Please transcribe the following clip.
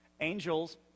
Angels